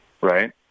right